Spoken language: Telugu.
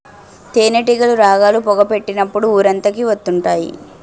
తేనేటీగలు రాగాలు, పొగ పెట్టినప్పుడు ఊరంతకి వత్తుంటాయి